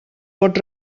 pot